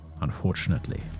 unfortunately